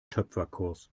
töpferkurs